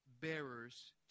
bearers